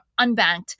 unbanked